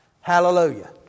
hallelujah